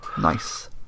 Nice